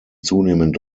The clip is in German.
zunehmend